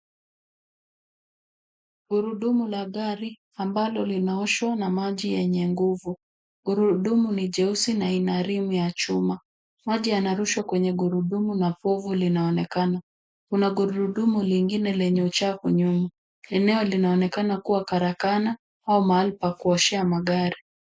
Gurudumu la gari ambalo linaoshwa na maji yenye nguvu. Gurudumu ni jeusi na ina rimu ya chuma. Maji yanarushwa kwenye gurudumu na povu linaonekana. Kuna gurudumu lingine lenye uchafu nyuma. Eneo linaonekana kuwa karakana au mahali pa kuoshea magari.